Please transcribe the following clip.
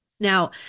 Now